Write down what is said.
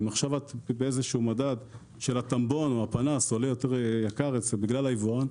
אם עכשיו את באיזשהו מדד של הטמבון או הפנס עולה יותר יקר בגלל היבואן,